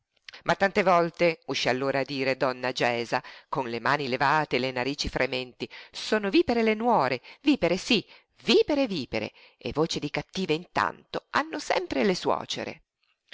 ma tante volte uscí allora a dire donna gesa con le mani levate e le narici frementi sono vipere le nuore vipere sí vipere vipere e voce di cattive intanto hanno sempre le suocere